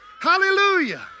Hallelujah